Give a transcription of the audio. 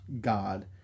god